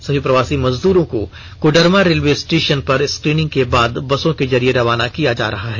सभी प्रवासी मजदूरों की कोडरमा रेलवे स्टेषन पर स्कीनिंग के बाद बसों के जरिये रवाना किया जा रहा है